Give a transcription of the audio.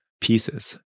pieces